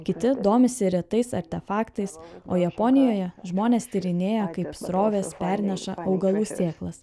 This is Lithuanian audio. kiti domisi retais artefaktais o japonijoje žmonės tyrinėja kaip srovės perneša augalų sėklas